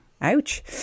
Ouch